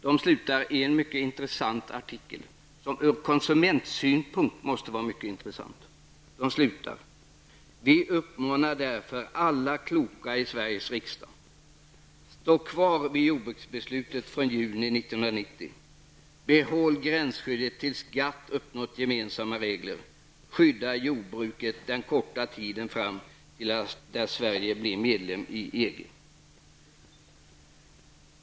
Deras artikel måste från konsumentsynpunkt vara mycket intressant. Den slutar på följande sätt: ''Vi uppmanar därför alla kloka i Sveriges riksdag: behåll gränsskyddet tills Gatt uppnått gemensamma regler. Skydda jordbruket den korta tiden fram till dess att Sverige blir medlem i EG!''